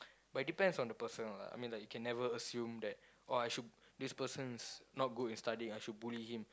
but it depends on the person lah I mean like you can never assume that oh I should this person's not good at studying I should bully him